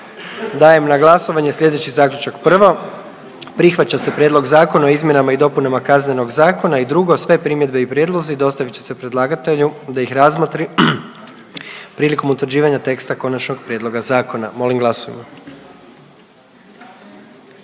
dajem na glasovanje sljedeći zaključak: 1. Prihvaća se Prijedlog Zakona o dostavi sudskih pismena; i 2. Sve primjedbe i prijedlozi dostavit će se predlagatelju da ih razmotri prilikom utvrđivanja teksta konačnog prijedloga zakona. Molim glasujmo.